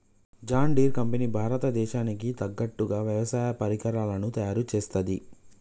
John Deere company భారత దేశానికి తగ్గట్టుగా వ్యవసాయ పరికరాలను తయారుచేస్తది